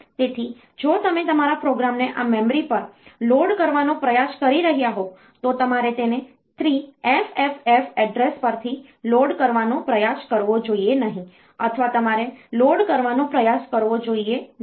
તેથી જો તમે તમારા પ્રોગ્રામને આ મેમરી પર લોડ કરવાનો પ્રયાસ કરી રહ્યાં હોવ તો તમારે તેને 3FFF એડ્રેસ પરથી લોડ કરવાનો પ્રયાસ કરવો જોઈએ નહીં અથવા તમારે લોડ કરવાનો પ્રયાસ કરવો જોઈએ નહીં